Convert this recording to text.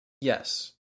Yes